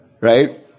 Right